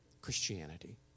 Christianity